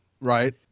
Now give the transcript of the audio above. Right